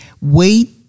Wait